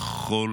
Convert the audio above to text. בכל